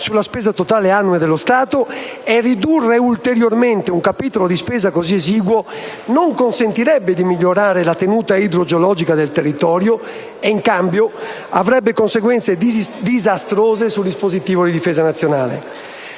sulla spesa totale annua dello Stato e ridurre ulteriormente un capitolo di spesa così esiguo non consentirebbe di migliorare la tenuta idrogeologica del territorio e, in cambio, avrebbe conseguenze disastrose sul dispositivo di difesa nazionale.